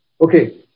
Okay